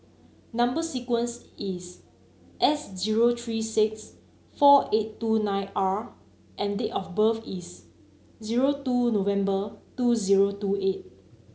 number sequence is S zero three six four eight two nine R and date of birth is zero two November two zero two eight